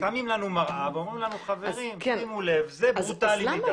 תגיד שזה ברוטלי מדי.